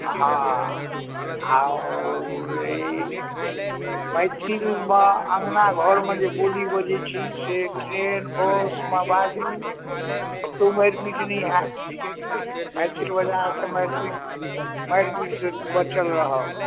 हँ हँ ई मैथिलमे अँगना घर मऽ जे बोली बजैत छी से ट्रेन बस मे बाजू कतहुँ मारि पीट नहि होयत मैथिल बजलासँ मारि पीट मारि पीट से बचल रहब